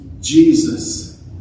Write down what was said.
Jesus